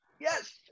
yes